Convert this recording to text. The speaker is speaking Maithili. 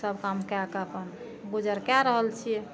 सब काम कए कऽ अपन गुजर कए रहल छियै